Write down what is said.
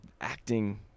acting